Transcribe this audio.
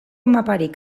maparik